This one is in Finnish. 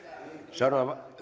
seuraava